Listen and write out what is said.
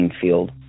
field